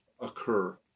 occur